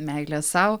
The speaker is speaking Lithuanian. meilė sau